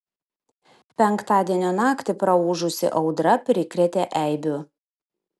penktadienio naktį praūžusi audra prikrėtė eibių